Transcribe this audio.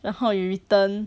然后 you return